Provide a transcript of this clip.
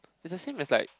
is the same as like